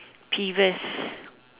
peeves